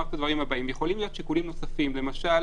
יכולים להיות שיקולים נוספים, למשל,